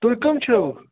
تُہۍ کٕم چھِو